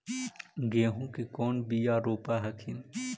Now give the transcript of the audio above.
गेहूं के कौन बियाह रोप हखिन?